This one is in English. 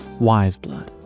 Wiseblood